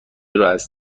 رواز